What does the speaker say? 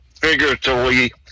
figuratively